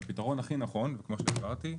והפתרון הכי נכון כמו שאמרתי,